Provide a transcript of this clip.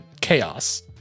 chaos